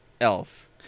else